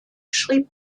schrieb